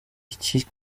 iki